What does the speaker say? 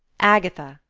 agatha,